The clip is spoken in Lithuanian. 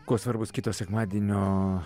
kuo svarbus kito sekmadienio